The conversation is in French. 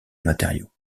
matériau